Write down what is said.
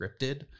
scripted